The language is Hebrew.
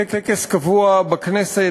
טקס קבוע בכנסת,